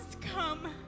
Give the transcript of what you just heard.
come